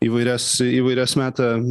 įvairias įvairias meta